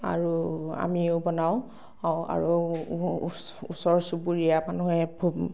আৰু আমিও বনাও আৰু ওচ ওচৰ চুবুৰীয়া মানুহে